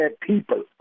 people